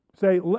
Say